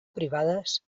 privades